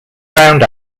round